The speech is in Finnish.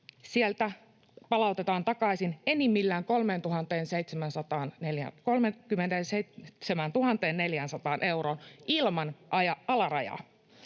sieltä palautetaan takaisin enimmillään 37 400 euroon ilman alarajaa.